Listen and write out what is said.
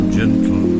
gentle